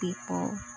people